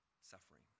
suffering